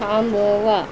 थांबवा